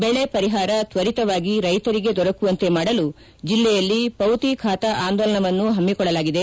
ಬೆಳೆ ಪರಿಹಾರ ತ್ವರಿತವಾಗಿ ರೈತರಿಗೆ ದೊರಕುವಂತೆ ಮಾಡಲು ಜಿಲ್ಲೆಯಲ್ಲಿ ಪೌತಿ ಖಾತಾ ಆಂದೋಲನವನ್ನು ಹಮ್ನಿಕೊಳ್ಳಲಾಗಿದೆ